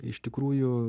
iš tikrųjų